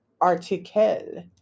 article